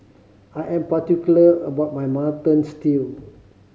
I am particular about my Mutton Stew